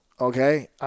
okay